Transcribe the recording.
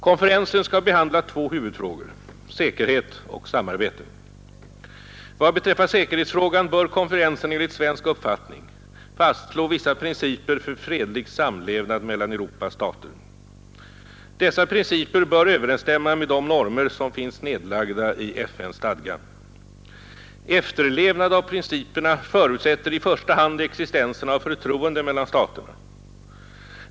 Konferensen skall behandla två huvudfrågor: säkerhet och samarbete. Vad beträffar säkerhetsfrågan bör konferensen enligt svensk uppfattning fastslå vissa principer för fredlig samlevnad mellan Europas stater. Dessa principer bör överensstämma med de normer som finns nedlagda i FN:s stadga. Efterlevnad av principerna förutsätter i första hand existensen av förtroende mellan staterna.